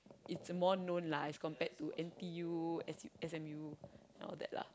it's more know lah as compared to N_T_U S_M_U all that lah